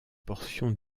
portion